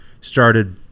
started